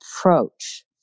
approach